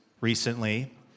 recently